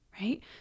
right